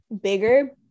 bigger